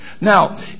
Now